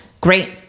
great